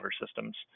systems